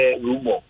rumor